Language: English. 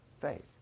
Faith